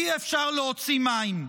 אי-אפשר להוציא מים.